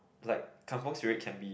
like Kampung spirit can be